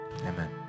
Amen